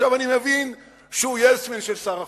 ועכשיו אני מבין שהוא "יס-מן" של שר החוץ.